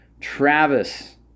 Travis